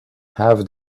have